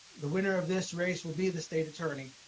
the winner of this race will be the state attorney.